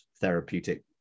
therapeutic